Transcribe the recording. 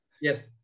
Yes